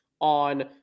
on